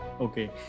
okay